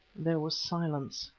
there was silence.